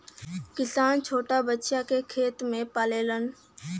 किसान छोटा बछिया के खेत में पाललन